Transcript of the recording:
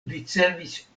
ricevis